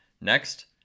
Next